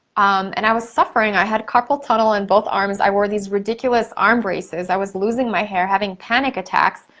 um and i was suffering, i had carpal tunnel in both arms, i wore these ridiculous arm braces. i was losing my hair, having panic attacks,